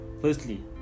Firstly